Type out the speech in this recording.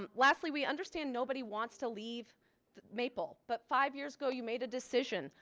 um lastly we understand nobody wants to leave maple but five years ago you made a decision.